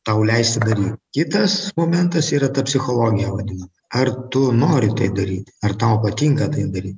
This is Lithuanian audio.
tau leisti daryt kitas momentas yra ta psichologija vadinam ar tu nori tai daryti ar tau patinka tai daryt